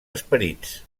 esperits